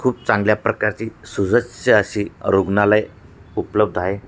खूप चांगल्या प्रकारची सुसज्य अशी रुग्णालयं उपलब्ध आहे